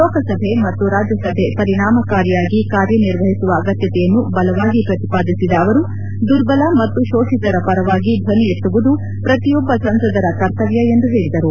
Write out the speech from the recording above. ಲೋಕಸಭೆ ಮತ್ತು ರಾಜ್ಯಸಭೆ ಪರಿಣಾಮಕಾರಿಯಾಗಿ ಕಾರ್ಯನಿರ್ವಹಿಸುವ ಅಗತ್ಯತೆಯನ್ನು ಬಲವಾಗಿ ಪ್ರತಿಪಾದಿಸಿದ ಅವರು ದುರ್ಬಲ ಮತ್ತು ಶೋಷಿತರ ಪರವಾಗಿ ಧ್ಲನಿ ಎತ್ತುವುದು ಪ್ರತಿಯೊಬ್ಬ ಸಂಸದರ ಕರ್ತವ್ಯ ಎಂದು ಹೇಳಿದರು